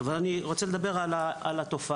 אז בראש